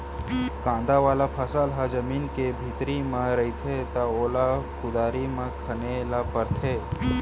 कांदा वाला फसल ह जमीन के भीतरी म रहिथे त ओला कुदारी म खने ल परथे